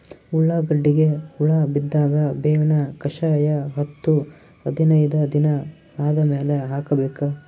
ಉಳ್ಳಾಗಡ್ಡಿಗೆ ಹುಳ ಬಿದ್ದಾಗ ಬೇವಿನ ಕಷಾಯ ಹತ್ತು ಹದಿನೈದ ದಿನ ಆದಮೇಲೆ ಹಾಕಬೇಕ?